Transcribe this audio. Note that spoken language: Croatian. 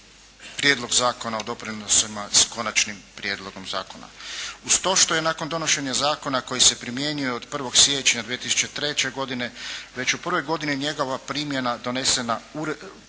Prijedlog zakona o doprinosima, s konačnim prijedlogom zakona. Uz to što je nakon donošenja zakon koji se primjenjuje od 1. siječnja 2003. godine već u prvoj godini njegova primjene donesena Uredba